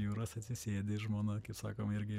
jūros atsisėdi žmona kaip sakoma irgi